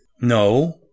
No